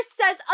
says